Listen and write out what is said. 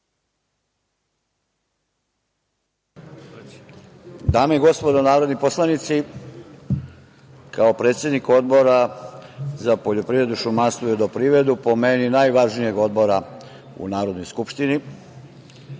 Dame i gospodo narodni poslanici, kao predsednik Odbora za poljoprivredu, šumarstvo i vodoprivredu, po meni najvažnijeg odbora u Narodnoj skupštini,